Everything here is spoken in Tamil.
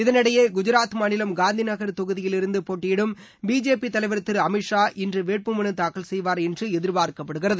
இதளிடையே குஜாத் மாநிலம் காந்தி நகர் தொகுதியிலிருந்து போட்டியிடும் பிஜேபி தலைவர் திரு அமீத் ஷா இன்று வேட்பு மனு தாக்கல் செய்வார் என்று எதிர்பார்க்கப்படுகிறது